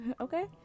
okay